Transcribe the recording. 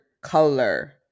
color